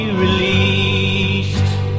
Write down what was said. released